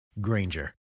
Granger